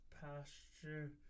pasture